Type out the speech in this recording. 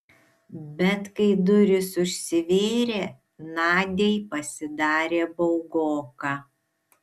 bet kai durys užsivėrė nadiai pasidarė baugoka